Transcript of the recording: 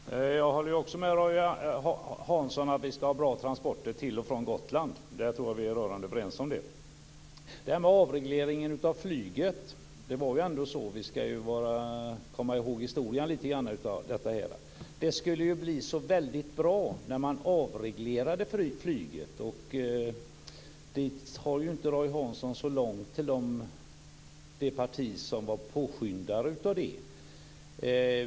Fru talman! Jag håller också med Roy Hansson om att vi ska ha bra transporter till och från Gotland. Jag tror att vi är rörande överens om det. Beträffande det här med avregleringen av flyget var det ändå så - vi ska komma ihåg historien lite grann - att det skulle bli så väldigt bra när man avreglerade flyget. Roy Hansson har ju inte så långt till det parti som påskyndade detta.